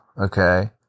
Okay